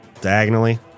diagonally